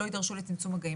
לא יידרשו לצמצום מגעים.